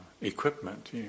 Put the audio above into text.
equipment